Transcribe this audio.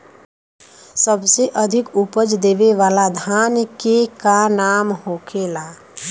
सबसे अधिक उपज देवे वाला धान के का नाम होखे ला?